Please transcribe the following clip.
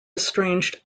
estranged